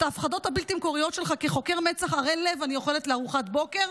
את ההפחדות הבלתי-מקוריות שלך כחוקר מצ"ח ערל לב אני אוכלת לארוחת בוקר.